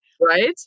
Right